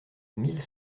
mille